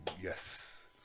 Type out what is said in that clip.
yes